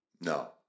No